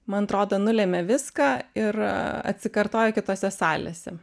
man atrodo nulemia viską ir atsikartoja kitose salėse